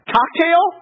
Cocktail